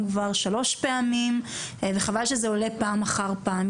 כבר שלוש פעמים וחבל שזה עולם פעם אחר פעם,